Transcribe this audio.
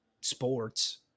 sports